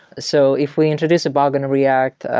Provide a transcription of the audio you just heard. so if we introduced a bug in react,